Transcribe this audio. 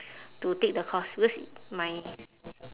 to take the course because my